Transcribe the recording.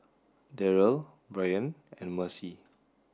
Deryl Bryn and Mercy